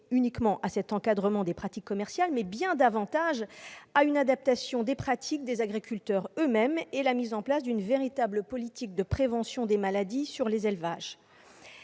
uniquement à cet encadrement des pratiques commerciales, mais bien davantage à une adaptation des pratiques des agriculteurs eux-mêmes et à la mise en place d'une véritable politique de prévention des maladies dans les élevages.